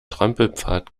trampelpfad